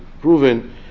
proven